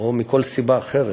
או מכל סיבה אחרת,